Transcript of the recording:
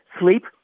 Sleep